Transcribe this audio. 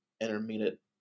intermediate